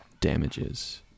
damages